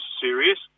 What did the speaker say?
serious